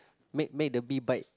make make the bee bite